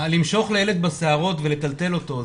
למשוך לילד בשערות ולטלטל אותו,